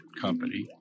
company